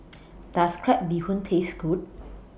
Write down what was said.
Does Crab Bee Hoon Taste Good